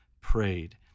prayed